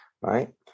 right